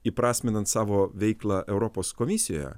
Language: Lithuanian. įprasminant savo veiklą europos komisijoje